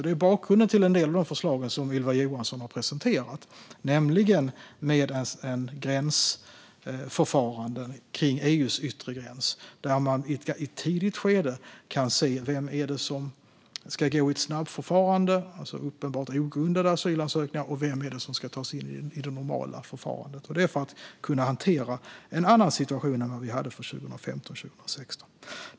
Det är bakgrunden till en del av de förslag som Ylva Johansson har presenterat om ett gränsförfarande kring EU:s yttre gräns där man i ett tidigt skede kan se vem som ska hanteras i ett snabbförfarande - för uppenbart ogrundade asylansökningar - och vem som ska tas in i det normala förfarandet. Detta skulle göras för att kunna hantera en annan situation än vad vi hade 2015-2016.